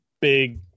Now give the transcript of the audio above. big